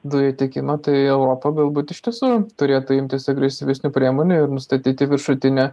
dujų tiekimą tai europa galbūt iš tiesų turėtų imtis agresyvesnių priemonių ir nustatyti viršutinę